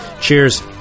Cheers